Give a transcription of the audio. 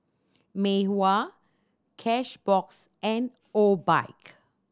Mei Hua Cashbox and Obike